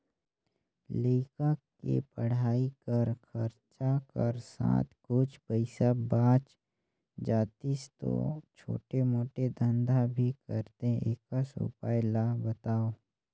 लइका के पढ़ाई कर खरचा कर साथ कुछ पईसा बाच जातिस तो छोटे मोटे धंधा भी करते एकस उपाय ला बताव?